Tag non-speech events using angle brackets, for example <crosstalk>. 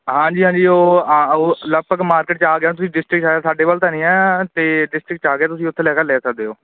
ਹਾਂਜੀ ਹਾਂਜੀ ਉਹ <unintelligible> ਲਗਭਗ ਮਾਰਕੀਟ 'ਚ ਆ ਗਿਆ ਤੁਸੀਂ ਡਿਸਟ੍ਰਿਕ ਸਾਡੇ ਵੱਲ ਤਾਂ ਨਹੀਂ ਹੈ ਅਤੇ ਡਿਸਟਰਿਕਟ 'ਚ ਆ ਕੇ ਤੁਸੀਂ ਉੱਥੇ ਲੈ ਕੇ ਲੈ ਸਕਦੇ ਹੋ